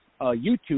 YouTube